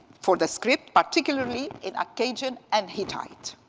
for the script particularly in acadian and hittite.